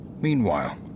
Meanwhile